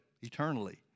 eternally